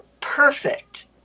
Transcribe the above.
perfect